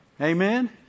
Amen